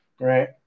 right